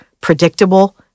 predictable